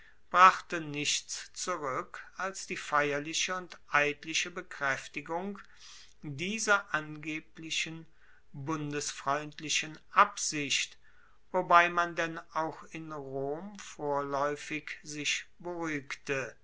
brachte nichts zurueck als die feierliche und eidliche bekraeftigung dieser angeblichen bundesfreundlichen absicht wobei man denn auch in rom vorlaeufig sich beruhigte